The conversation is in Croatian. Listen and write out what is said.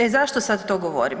E zašto sad to govorim?